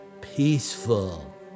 peaceful